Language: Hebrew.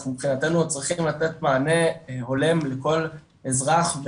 אנחנו מבחינתנו צריכים לתת מענה הולם לכל אזרח,